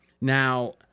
Now